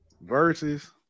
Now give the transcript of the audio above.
versus